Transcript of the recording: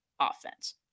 offense